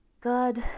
God